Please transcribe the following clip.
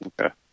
Okay